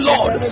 Lord